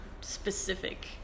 specific